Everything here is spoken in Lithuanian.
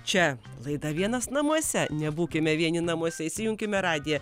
čia laida vienas namuose nebūkime vieni namuose įsijunkime radiją